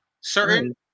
Certain